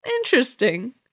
Interesting